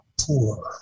poor